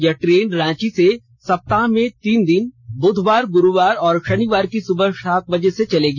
यह ट्रेन रांची से सप्ताह में तीन दिन बुधवार गुरुवार व शनिवार की सुबह सात बजे से चलेगी